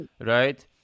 right